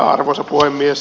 arvoisa puhemies